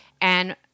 and-